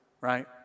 right